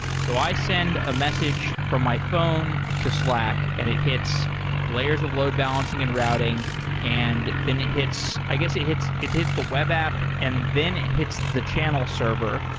so i send a message from my phone to slack and it hits layers of load-balancing and routing and then it hits i guess it hits it hits the web app and then it hits the channel server,